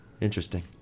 interesting